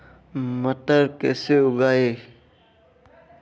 मटर कैसे उगाएं?